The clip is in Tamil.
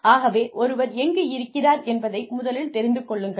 ஆகவே ஒருவர் எங்கு இருக்கிறார் என்பதை முதலில் தெரிந்து கொள்ளுங்கள்